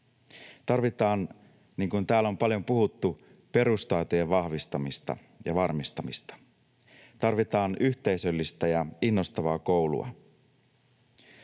Tarvitaan, niin kuin täällä on paljon puhuttu, perustaitojen vahvistamista ja varmistamista, tarvitaan yhteisöllistä ja innostavaa koulua.